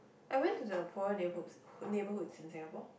I went to the poorer neighbourhood neighbourhoods in Singapore